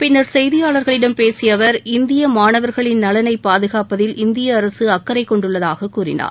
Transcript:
பின்னர் செய்தியாளர்களிடம் பேசிய அவர் இந்திய மாணவர்களின் நலனைப் பாதுகாப்பதில் இந்திய அரசு அக்கறை கொண்டுள்ளதாக கூறினார்